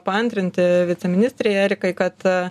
paantrinti viceministrei erikai kad